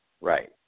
Right